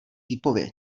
výpověď